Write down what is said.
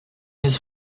his